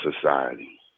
society